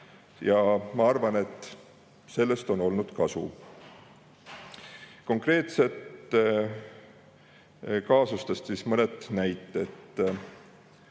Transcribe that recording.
Ma arvan, et sellest on olnud kasu. Konkreetsetest kaasustest ka mõned näited.